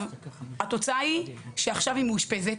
התוצאה היא שעכשיו היא מאושפזת